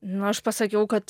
nu aš pasakiau kad